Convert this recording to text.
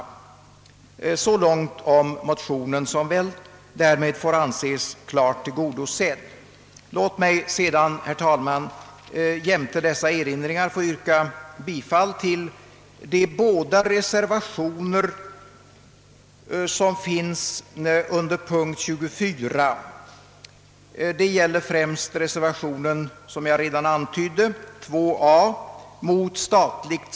Så långt om motionen, som väl därmed får anses tillgodosedd. Låt mig sedan, herr talman, utöver dessa erinringar få yrka bifall till reservationen 2 a, vari det yrkas att detta anslag icke må disponeras för främjande av boxningsutövning.